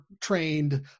trained